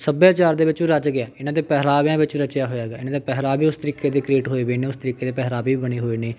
ਸੱਭਿਆਚਾਰ ਦੇ ਵਿੱਚ ਉਹ ਰੱਚ ਗਿਆ ਇਹਨਾਂ ਦੇ ਪਹਿਰਾਵਿਆਂ ਵਿੱਚ ਰਚਿਆ ਹੋਇਆ ਹੈਗਾ ਇਹਨਾਂ ਦੇ ਪਹਿਰਾਵੇ ਉਸ ਤਰੀਕੇ ਦੇ ਕ੍ਰੀਏਟ ਹੋਏ ਵੇ ਨੇ ਉਸ ਤਰੀਕੇ ਦੇ ਪਹਿਰਾਵੇ ਵੀ ਬਣੇ ਹੋਏ ਨੇ